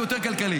זה יותר כלכלי.